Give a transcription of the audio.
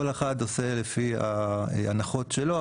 כל אחד עושה לפי ההנחות שלו,